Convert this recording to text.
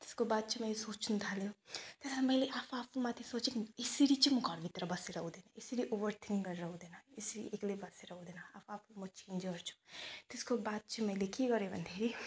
त्यसको बाद चाहिँ मैले सोच्नु थाल्यो त्यहाँबाट मैले आफू आफूमाथि सोचेँ कि यसरी म घरभित्र बसेर हुँदैन यसरी ओभरथिङ्क गरेर हुँदैन यसरी एक्लै बसेर हुँदैन अब आफूमा चेन्ज गर्छु त्यसको बाद चाहिँ मैले के गरेँ भन्दाखेरि